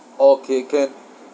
okay can